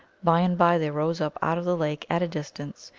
by and by there rose up out of the lake, at a distance,